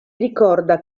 ricorda